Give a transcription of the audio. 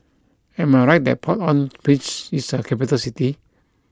am I right that Port au Prince is a capital city